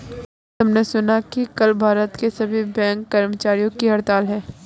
क्या तुमने सुना कि कल भारत के सभी बैंक कर्मचारियों की हड़ताल है?